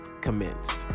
commenced